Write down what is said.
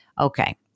Okay